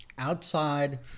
Outside